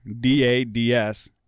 D-A-D-S